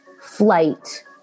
flight